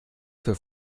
für